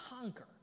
conquer